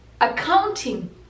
Accounting